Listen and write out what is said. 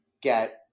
get